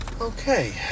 Okay